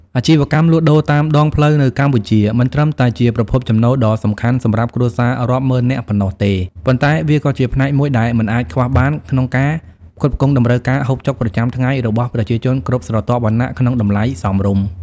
អាជីវកម្មលក់ដូរតាមដងផ្លូវនៅកម្ពុជា មិនត្រឹមតែជាប្រភពចំណូលដ៏សំខាន់សម្រាប់គ្រួសាររាប់ម៉ឺននាក់ប៉ុណ្ណោះទេ ប៉ុន្តែវាក៏ជាផ្នែកមួយដែលមិនអាចខ្វះបានក្នុងការផ្គត់ផ្គង់តម្រូវការហូបចុកប្រចាំថ្ងៃរបស់ប្រជាជនគ្រប់ស្រទាប់វណ្ណៈក្នុងតម្លៃសមរម្យ។